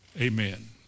Amen